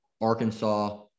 Arkansas